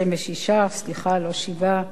לא 27. כמובן,